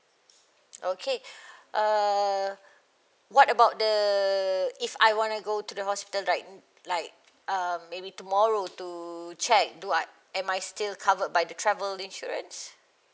okay err what about the if I wanna go to the hospital right like um maybe tomorrow to check do I am I still covered by the travel insurance